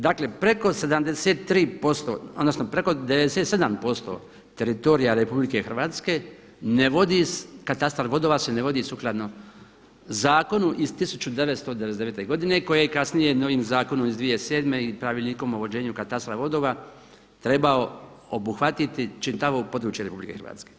Dakle preko 73%, odnosno preko 97% teritorija RH ne vodi, katastar vodova se ne vodi sukladno zakonu iz 1999. godine koji je kasnije novim zakonom iz 2007. i pravilnikom o vođenju katastra vodova trebao obuhvatiti čitavo područje RH.